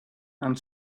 and